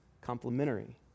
complementary